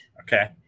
Okay